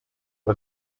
for